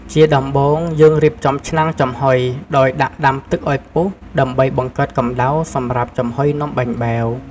ជាដំបូង យើងរៀបចំឆ្នាំងចំហុយដោយដាក់ដាំទឹកឱ្យពុះ ដើម្បីបង្កើតកំដៅសម្រាប់ចំហុយនំបាញ់បែវ។